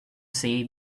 say